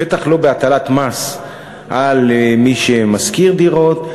בטח לא בהטלת מס על מי שמשכיר דירות,